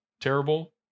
terrible